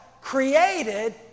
created